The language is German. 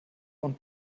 und